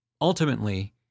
Ultimately